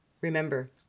Remember